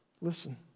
listen